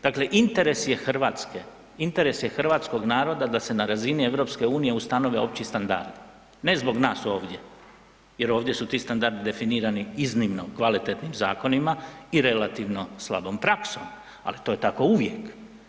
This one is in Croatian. Dakle, interes je RH, interes je hrvatskog naroda da se na razini EU ustanove opći standardi, ne zbog nas ovdje jer ovdje su ti standardi definirani iznimno kvalitetnim zakonima i relativno slabom praksom, ali to je tako uvijek.